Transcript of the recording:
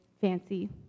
fancy